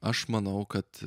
aš manau kad